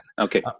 Okay